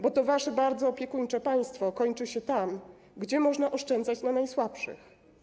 Bo to wasze bardzo opiekuńcze państwo kończy się tam, gdzie można oszczędzać na najsłabszych.